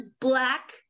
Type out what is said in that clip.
Black